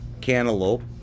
cantaloupe